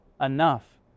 Enough